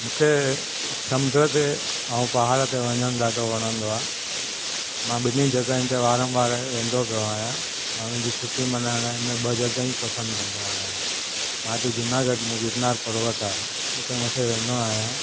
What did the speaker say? मूंखे समुंड ते ऐं पहाड़ ते वञणु ॾाढो वणंदो आहे मां ॿिन्हिनि जॻहियुनि ते वारम वार वेंदो पियो आहियां मां पंहिंजी छुटी मनाइणु हिन ॿ जॻहियूं पसंदि कंदो आहियां मां हिते जूनागढ़ में गिरनार पर्वत आहे उते मथे वेंदो आहियां